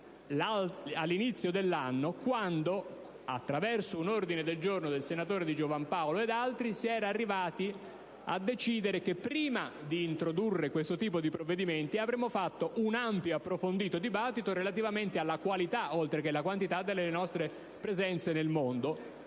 all'inizio dell'anno, quando, attraverso un ordine del giorno del senatore Di Giovan Paolo e altri senatori, si era arrivati a decidere che, prima di introdurre questo tipo di provvedimenti, avremmo dovuto svolgere un ampio e approfondito dibattito relativamente alla qualità, oltre che alla quantità, delle nostre presenze nel mondo.